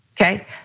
Okay